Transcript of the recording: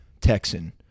Texan